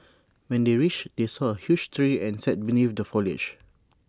when they reached they saw A huge tree and sat beneath the foliage